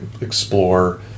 explore